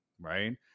right